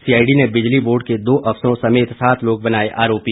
CID ने बिजली board के दो अफसरों समेत सात लोग बनाए आरोपी